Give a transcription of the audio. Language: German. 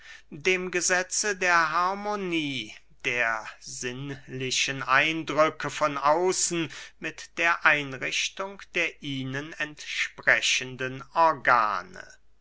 dem gesetze der harmonie der sinnlichen eindrücke von außen mit der einrichtung der ihnen entsprechenden organe